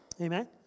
Amen